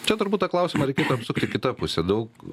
čia turbūt tą klausimą reikėtų apsukti kita puse daug